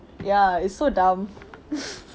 ya it's so dumb